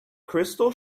crystal